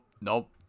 nope